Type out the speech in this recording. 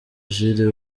jules